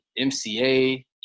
mca